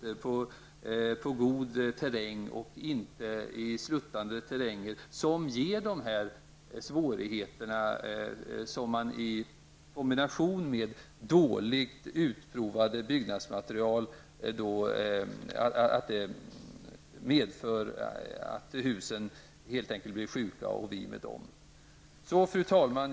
Vi måste bygga i god terräng och inte i sluttande terräng, som ger de svårigheter som, i kombination med dåligt utprovade byggnadsmaterial, medför att husen helt enkelt blir sjuka och vi med dem. Fru talman!